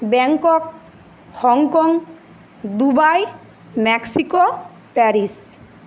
Bangkok Hong Kong Dubai Mexico Paris